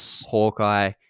Hawkeye